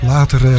Later